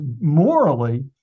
morally